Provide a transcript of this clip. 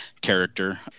character